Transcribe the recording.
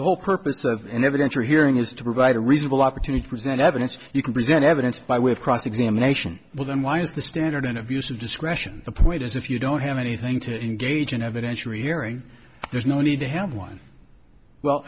the whole purpose of an evidentiary hearing is to provide a reasonable opportunity present evidence you can present evidence by way of cross examination well then why is the standard an abuse of discretion the point is if you don't have anything to engage an evidentiary hearing there's no need to have one well